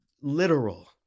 literal